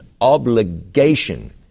obligation